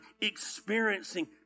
experiencing